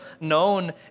known